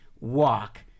walk